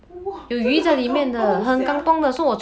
!wah! 真的很 kampung sia